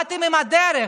באתם עם הדרך,